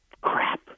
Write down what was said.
crap